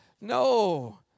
no